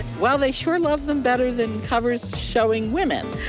well they sure love them better than covers showing women.